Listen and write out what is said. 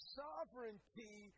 sovereignty